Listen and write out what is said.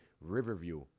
Riverview